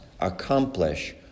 accomplish